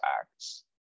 acts